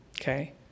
Okay